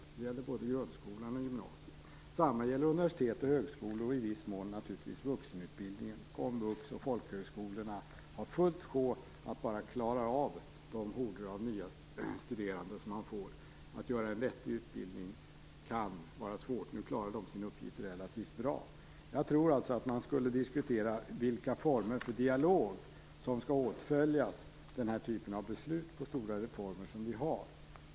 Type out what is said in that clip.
Det gäller både grundskolan och gymnasiet och även universitet och högskolor samt i viss mån vuxenutbildningen. Komvux och folkhögskolorna har fullt upp med att klara av de horder av nya studerande som de får. Att göra en vettig utbildning kan vara svårt. Nu klarar de sin uppgift relativt bra. Jag tror alltså att man skulle diskutera vilka former för dialog som skall åtföljas den här typen av beslut om stora reformer.